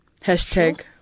Hashtag